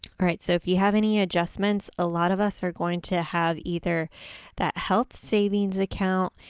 all right, so, if you have any adjustments, a lot of us are going to have either that health savings account,